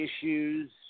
issues